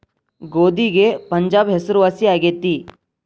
ಗೋಧಿಗೆ ಪಂಜಾಬ್ ಹೆಸರುವಾಸಿ ಆಗೆತಿ